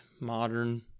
modern